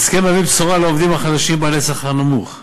ההסכם מביא בשורה לעובדים החלשים בעלי שכר נמוך.